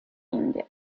india